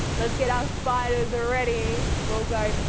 let's get our spiders ah ready. we'll go,